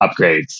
upgrades